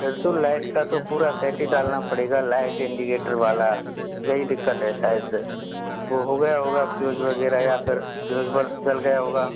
फिर तो लाइट का तो पूरा सेट ही डालना पड़ेगा लाइट इंडिकेटर वाला यही दिक्कत है शायद वह हो गया होगा फ्यूज़ वगैरह या फिर केबल जल गया होगा